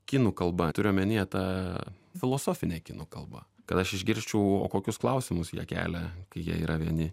kinų kalba turiu omenyje ta filosofine kinų kalba kad aš išgirsčiau o kokius klausimus jie kelia kai jie yra vieni